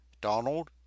Donald